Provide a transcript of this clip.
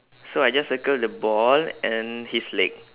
so I just circle the ball and his leg